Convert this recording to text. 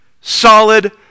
solid